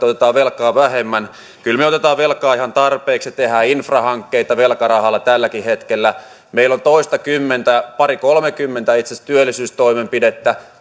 otetaan velkaa vähemmän kyllä me otamme velkaa ihan tarpeeksi ja infrahankkeita tehdään velkarahalla tälläkin hetkellä meillä on toistakymmentä pari kolmekymmentä itse asiassa työllisyystoimenpidettä